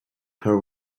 her